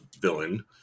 villain